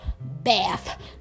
Bath